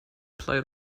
play